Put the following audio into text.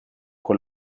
con